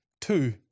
Two